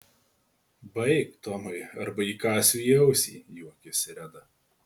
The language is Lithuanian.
baik tomai arba įkąsiu į ausį juokėsi reda